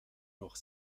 noch